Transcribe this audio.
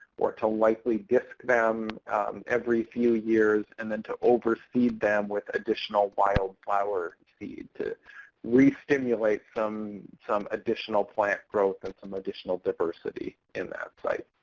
or to lightly disk them every few years, and then to overfeed them with additional wildflower seed to re-stimulate some some additional plant growth and some additional diversity in that site.